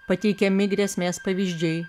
pateikiami grėsmės pavyzdžiai